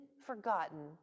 forgotten